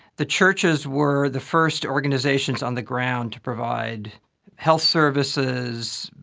the churches were the first organisations on the ground to provide health services,